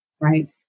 right